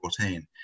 2014